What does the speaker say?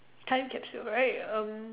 time capsule right um